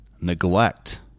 neglect